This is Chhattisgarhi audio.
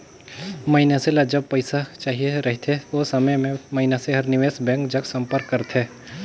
मइनसे ल जब पइसा चाहिए रहथे ओ समे में मइनसे हर निवेस बेंक जग संपर्क करथे